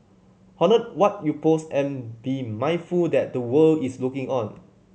what you post and be mindful that the world is looking on